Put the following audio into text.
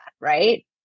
right